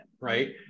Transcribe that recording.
right